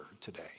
today